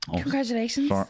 Congratulations